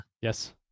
Yes